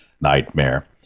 nightmare